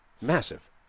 massive